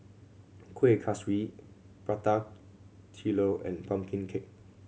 Kuih Kaswi Prata Telur and pumpkin cake